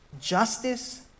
Justice